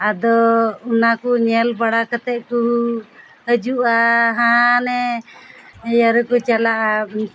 ᱟᱫᱚ ᱚᱱᱟ ᱠᱚ ᱧᱮᱞ ᱵᱟᱲᱟ ᱠᱟᱛᱮᱫ ᱠᱚ ᱦᱤᱡᱩᱜᱼᱟ ᱦᱟᱱᱮ ᱤᱭᱟᱹ ᱨᱮᱠᱚ ᱪᱟᱞᱟᱜᱼᱟ